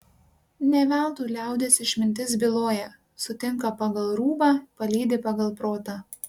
ne veltui liaudies išmintis byloja sutinka pagal rūbą palydi pagal protą